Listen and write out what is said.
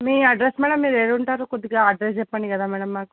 మీ address madam మీరు ఏడ ఉంటారో కొద్దిగా అడ్రస్ చెప్పండి కదా మ్యాడమ్ మాకు